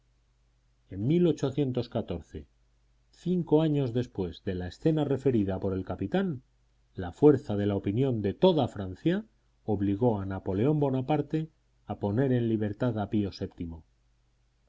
en cinco años después de la escena referida por el capitán la fuerza de la opinión de toda francia obligó a napoleón bonaparte a poner en libertad a pío